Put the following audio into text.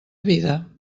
vida